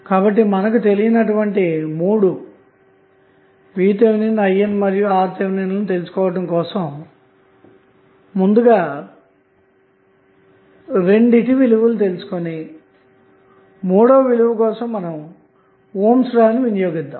కాబట్టి మనకు తెలియనటువంటి మూడు VTh IN and RTh లు తెలుసుకోవడం కోసం ముందుగా రెండింటి విలువలు తెలుసుకొని మూడవ విలువ కోసం ఓహ్మ్స్ ని వినియోగిద్దాము